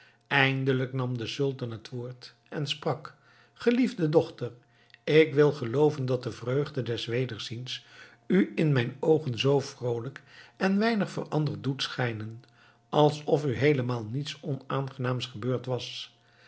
eindelijk nam de sultan het woord en sprak geliefde dochter ik wil gelooven dat de vreugde des wederziens u in mijn oogen zoo vroolijk en weinig veranderd doet schijnen alsof u heelemaal niets onaangenaams gebeurd was